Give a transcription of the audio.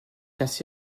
ainsi